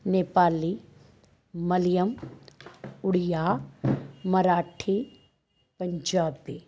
Nepali Malayalam Odia Marathi Punjabi